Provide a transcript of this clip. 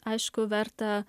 aišku verta